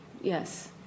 Yes